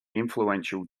influential